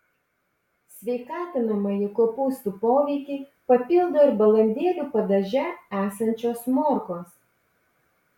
sveikatinamąjį kopūstų poveikį papildo ir balandėlių padaže esančios morkos